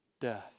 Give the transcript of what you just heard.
death